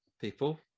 people